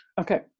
Okay